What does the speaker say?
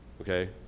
okay